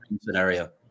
scenario